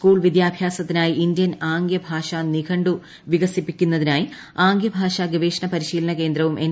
school വിദ്യാഭ്യാസത്തിനായി Indian ആംഗ്യഭാഷാ നിഘണ്ടു വികസിപ്പിക്കുന്നതിനായി ആംഗൃഭാഷാ ഗവേഷണ പരിശീലന കേന്ദ്രവും എൻ